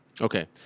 Okay